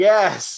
Yes